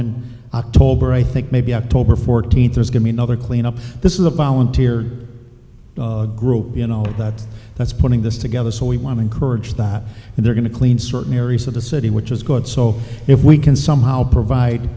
in october i think maybe october fourteenth there's going to another cleanup this is a volunteer group you know that that's putting this together so we want to encourage that and they're going to clean certain areas of the city which is good so if we can somehow provide